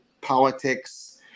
politics